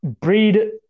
breed